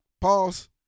Pause